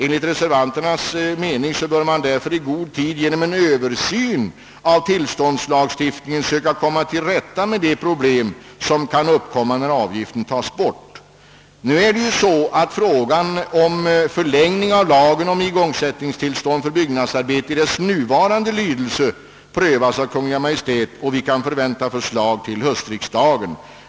Enligt reservanternas mening bör man därför i god tid genom en översyn av tillståndslagstiftningen söka komma till rätta med de problem som kan uppstå när avgiften tas bort. Frågan om förlängning av lagen om igångsättningstillstånd för byggnadsarbete i dess nuvarande lydelse prövas av Kungl. Maj:t, och vi kan förvänta förslag till höstriksdagen.